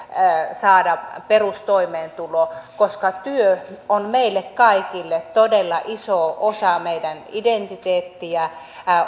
saada perustoimeentulo koska työ on meille kaikille todella iso osa meidän identiteettiämme